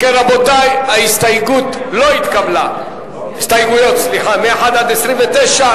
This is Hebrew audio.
ההסתייגויות של קבוצת סיעת בל"ד לסעיף 04,